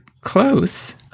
close